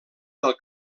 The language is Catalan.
del